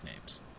names